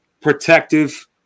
protective